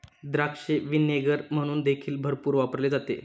द्राक्ष व्हिनेगर म्हणून देखील भरपूर वापरले जाते